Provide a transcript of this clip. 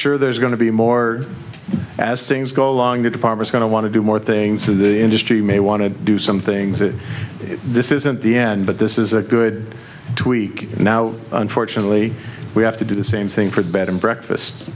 sure there's going to be more as things go along that the farmers going to want to do more things to the industry may want to do some things that this isn't the end but this is a good tweak now unfortunately we have to do the same thing for the bed and breakfast